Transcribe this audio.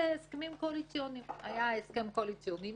הסכמים קואליציוניים היה הסכם קואליציוני,